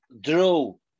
drew